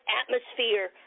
atmosphere